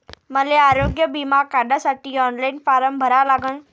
मले आरोग्य बिमा काढासाठी ऑनलाईन फारम भरा लागन का?